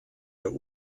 der